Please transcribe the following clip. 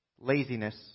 laziness